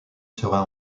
sera